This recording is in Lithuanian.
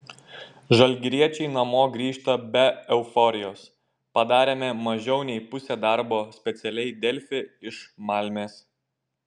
žalgiriečiai namo grįžta be euforijos padarėme mažiau nei pusę darbo specialiai delfi iš malmės